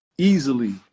easily